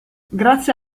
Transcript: grazie